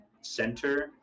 center